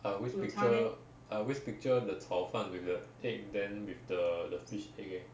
I always picture I always picture the 炒饭 with the egg then with the the fish egg leh